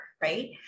right